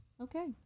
Okay